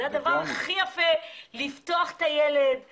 הטיפול היפה הזה פותח את הילד לעולם.